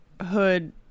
Hood